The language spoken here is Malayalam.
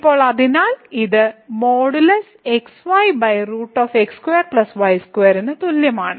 ഇപ്പോൾ അതിനാൽ ഇത് ന് തുല്യമാണ്